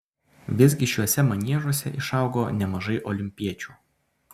visgi šiuose maniežuose išaugo nemažai olimpiečių